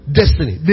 destiny